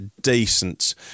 decent